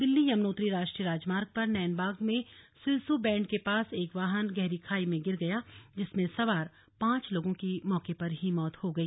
दिल्ली यमुनोत्री राष्ट्रीय राजमार्ग पर नैनबाग में सिलसू बैंड के पास एक वाहन गहरी खाई में गिर गया जिसमें सवार पांच लोगों की मौके पर ही मौत हो गई